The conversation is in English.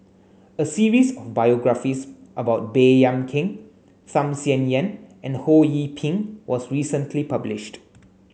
a series of biographies about Baey Yam Keng Tham Sien Yen and Ho Yee Ping was recently published